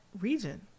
region